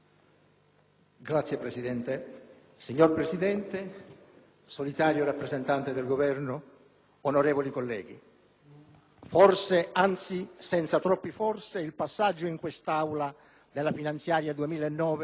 *(PD)*. Signor Presidente, solitario rappresentante del Governo, onorevoli colleghi, forse - anzi senza troppi "forse" - il passaggio in quest'Aula della finanziaria per